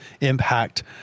impact